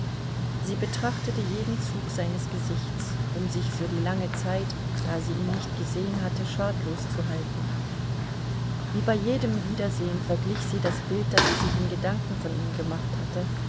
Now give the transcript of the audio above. sie betrachtete jeden zug seines gesichts um sich für die lange zeit da sie ihn nicht gesehen hatte schadlos zu halten wie bei jedem wiedersehen verglich sie das bild das sie sich in gedanken von ihm gemacht hatte